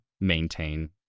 maintain